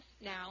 now